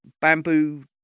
bamboo